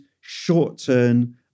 short-term